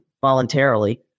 voluntarily